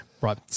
right